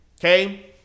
Okay